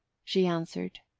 she answered,